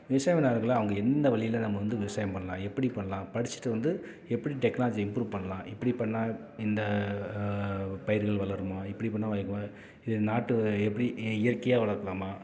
விவசாயம் அவங்க என்ன வழியில நம்ம வந்து விவசாயம் பண்ணலாம் எப்படி பண்ணலாம் படிச்சிவிட்டு வந்து எப்படி டெக்னாலஜியை இம்ப்ரூவ் பண்ணலாம் இப்படி பண்ணால் இந்த பயிர்கள் வளருமா இப்படி பண்ணால் வளருமா இது நாட்டு எப்படி இயற்கையாக வளர்க்கலாமா